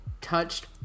touched